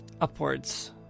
upwards